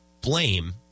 blame